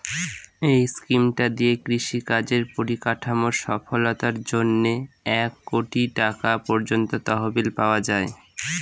এই স্কিমটা দিয়ে কৃষি কাজের পরিকাঠামোর সফলতার জন্যে এক কোটি টাকা পর্যন্ত তহবিল পাওয়া যায়